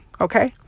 Okay